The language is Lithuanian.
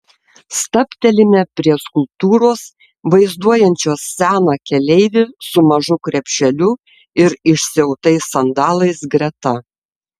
stabtelime prie skulptūros vaizduojančios seną keleivį su mažu krepšeliu ir išsiautais sandalais greta